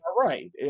right